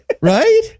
Right